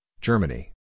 Germany